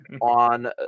on